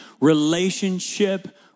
relationship